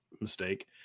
mistake